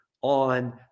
on